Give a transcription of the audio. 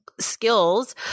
skills